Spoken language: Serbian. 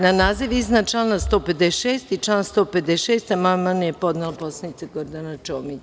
Na naziv iznad člana 156. i član 156. amandman je podnela poslanica Gordana Čomić.